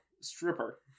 stripper